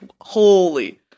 holy